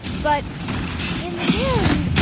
but in the end,